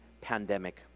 pandemic